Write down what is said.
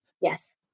Yes